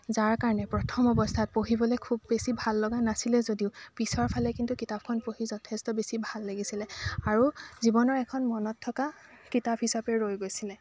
যাৰ কাৰণে প্ৰথম অৱস্থাত পঢ়িবলৈ খুব বেছি ভাল লগা নাছিলে যদিও পিছৰ ফালে কিন্তু কিতাপখন পঢ়ি যথেষ্ট বেছি ভাল লাগিছিলে আৰু জীৱনৰ এখন মনত থকা কিতাপ হিচাপে ৰৈ গৈছিল